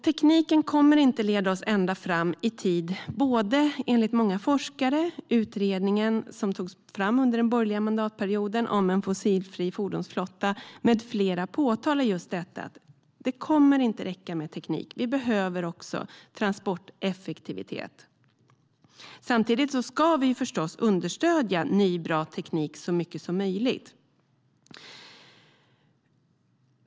Tekniken kommer inte att leda oss ända fram i tid. Många forskare, utredningen som togs fram under den borgerliga mandatperioden om en fossilfri fordonsflotta med flera påpekar just att det inte kommer att räcka med teknik utan att vi också behöver transporteffektivitet. Samtidigt ska vi förstås understödja ny och bra teknik så mycket som möjligt.